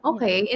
Okay